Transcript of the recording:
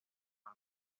mar